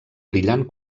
brillant